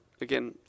again